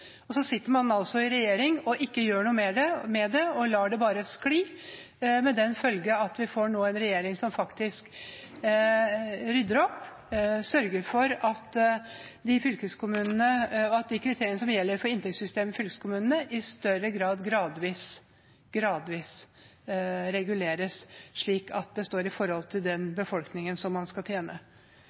og så sitter man altså i regjering og ikke gjør noe med det, men lar det bare skli – med den følge at vi nå får en regjering som faktisk rydder opp, som sørger for at de kriteriene som gjelder for inntektssystemet i fylkeskommunene, gradvis reguleres slik at det står i forhold til den befolkningen man skal tjene.